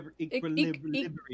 Equilibrium